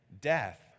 death